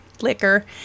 liquor